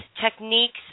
techniques